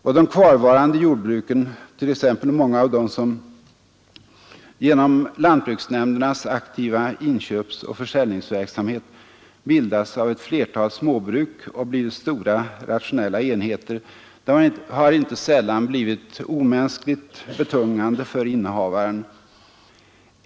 Och de kvarvarande jordbruken, t.ex. många av dem som genom lantbruksnämndernas aktiva inköpsoch försäljningsverksamhet bildats av ett flertal småbruk och blivit stora, rationella enheter, har inte sällan blivit omänskligt betungande för innehavaren.